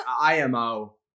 IMO